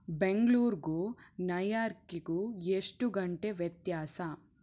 ಬೆಂಗ್ಳೂರಿಗೂ ನೈಯಾರ್ಕಿಗೂ ಎಷ್ಟು ಗಂಟೆ ವ್ಯತ್ಯಾಸ